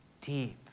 deep